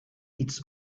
its